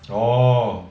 orh